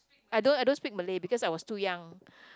I don't I don't speak Malay because I was too young